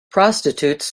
prostitutes